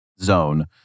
zone